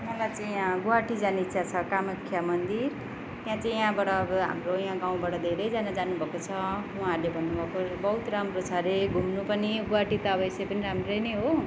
मलाई चाहिँ यहाँ गुवाहटी जाने इच्छा छ कामाख्या मन्दिर त्यहाँ चाहिँ यहाँबाट हाम्रो यहाँ गाउँबाट धेरैजना जानुभएको छ उहाँहरूले भन्नुभएको बहुत राम्रो छ रे घुम्नु पनि गुवाहटी त अब यसै पनि राम्रै नै हो